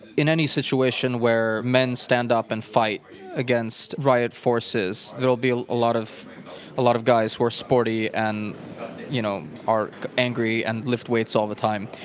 in any situation where men stand up and fight against riot forces, it'll be a lot of ah lot of guys who are sporty and you know are angry and lift weights all the time,